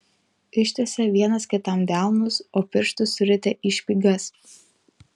ištiesė vienas kitam delnus o pirštus surietė į špygas